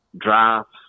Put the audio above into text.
drafts